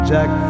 Jack